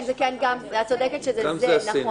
כן, את צודקת שזה נכון.